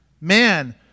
man